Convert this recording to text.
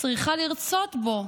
צריכה לרצות בו.